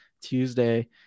Tuesday